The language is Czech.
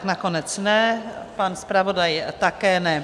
Nakonec ne, pan zpravodaj také ne.